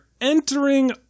entering